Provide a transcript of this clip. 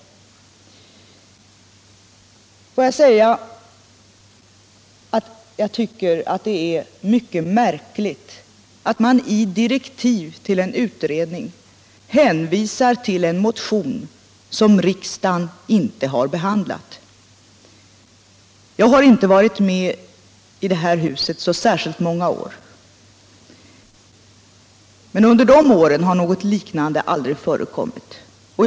Fredagen den Låt mig säga att jag tycker att det är mycket märkligt att man i di 11 november 1977 rektiven till en utredning hänvisar till en motion som riksdagen inte har behandlat! Jag har inte varit med i det här huset så särskilt många — Om planerade år, men under de år jag tillhört kammaren har något liknande aldrig — ändringar i lagen förekommit.